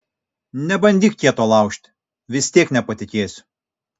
nebandyk kieto laužti vis tiek nepatikėsiu